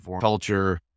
culture